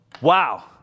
wow